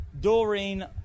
Doreen